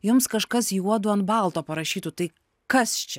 jums kažkas juodu ant balto parašytų tai kas čia